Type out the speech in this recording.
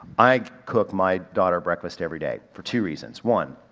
i cook my daughter breakfast everyday. for two reasons one,